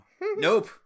Nope